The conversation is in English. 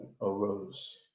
arose